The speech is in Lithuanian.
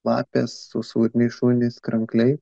lapės usūriniai šunys krankliai